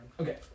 Okay